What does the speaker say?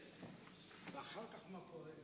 ואחר כך מה קורה?